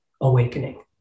awakening